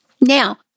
Now